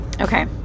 okay